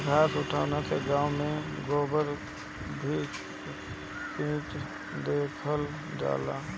घास उठौना से गाँव में गोबर भी खींच देवल जाला